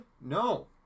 No